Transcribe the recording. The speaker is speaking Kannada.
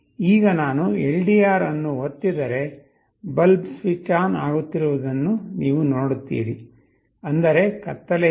ಈಗ ನಾನು ಎಲ್ಡಿಆರ್ ಅನ್ನು ಒತ್ತಿದರೆ ಬಲ್ಬ್ ಸ್ವಿಚ್ ಆನ್ ಆಗುತ್ತಿರುವುದನ್ನು ನೀವು ನೋಡುತ್ತೀರಿ ಅಂದರೆ ಕತ್ತಲೆ ಇದೆ